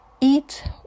eat